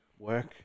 Work